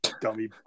dummy